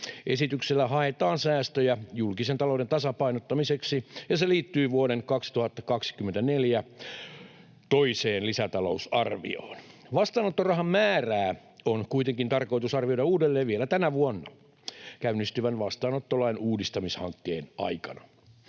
Esityksellä haetaan säästöjä julkisen talouden tasapainottamiseksi, ja se liittyy vuoden 2024 toiseen lisätalousarvioon. Vastaanottorahan määrää on kuitenkin tarkoitus arvioida uudelleen vielä tänä vuonna käynnistyvän vastaanottolain uudistamishankkeen aikana.